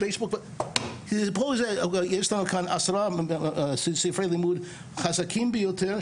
פה יש לנו כאן עשרה ספרי לימוד חזקים ביותר,